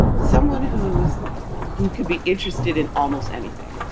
someone who's who could be interested in almost anything,